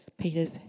Peter's